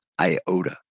iota